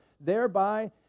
thereby